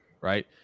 right